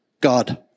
God